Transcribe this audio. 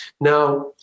Now